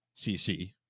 CC